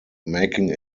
making